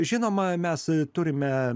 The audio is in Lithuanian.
žinoma mes turime